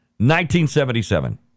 1977